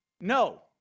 no